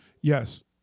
Yes